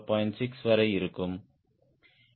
6 வரை இருக்கும்